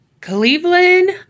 Cleveland